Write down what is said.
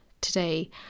today